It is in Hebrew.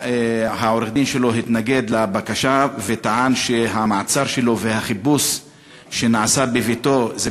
עורך-הדין שלו התנגד לבקשה וטען שהמעצר שלו והחיפוש שנעשה בביתו הם